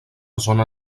zona